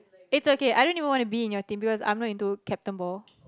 it's okay I don't even wanna be in your team because I'm not into Captain Ball